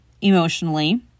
emotionally